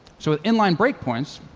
so with inline breakpoints,